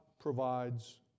provides